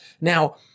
Now